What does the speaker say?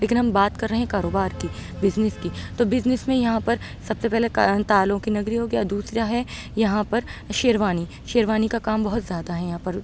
لیکن ہم بات کر رہے ہیں کاروبار کی بزنس کی تو بزنس میں یہاں پر سب سے پہلے تالوں کی نگری ہو گیا دوسرا ہے یہاں پر شیروانی شیروانی کا کام بہت زیادہ ہے یہاں پر